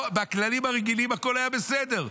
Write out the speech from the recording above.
בכללים הרגילים הכול היה בסדר.